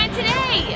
today